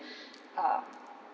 um